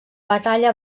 batalla